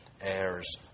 Heirs